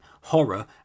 horror